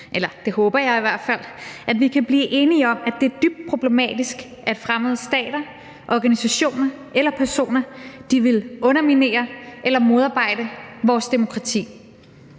om – det håber jeg i hvert fald – at det er dybt problematisk, at fremmede stater, organisationer eller personer vil underminere eller modarbejde vores demokrati.